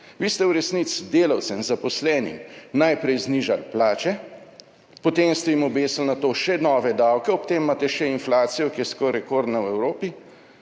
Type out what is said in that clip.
Vi ste v resnici delavcem, zaposlenim najprej znižali plače, potem ste jim obesili na to še nove davke, ob tem imate še inflacijo, ki je skoraj rekordna v Evropi,